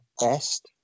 best